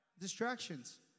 Distractions